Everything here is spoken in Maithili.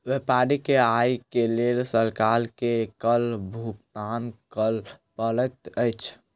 व्यापारी के आयत के लेल सरकार के कर भुगतान कर पड़ैत अछि